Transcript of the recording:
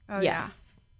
yes